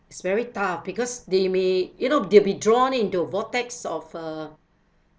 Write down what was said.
it's very tough because they may you know they'll be drawn into a vortex of uh